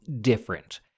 different